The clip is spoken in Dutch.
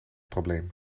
probleem